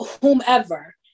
whomever